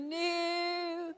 new